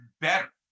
better